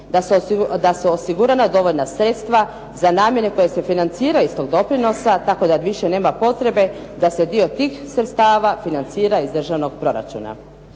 da se osigura dovoljna sredstva za namjene koje se financiraju iz tog doprinosa tako da više nema potrebe da se dio tih sredstava financira iz državnog proračuna.